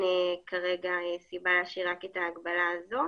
כרגע סיבה להשאיר רק את ההגבלה הזאת.